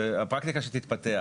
הפרקטיקה שתתפתח,